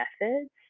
methods